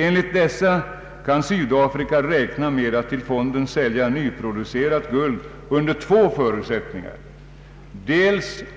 Enligt dessa kan Sydafrika räkna med att till fonden sälja nyproducerat guld under två förutsättningar: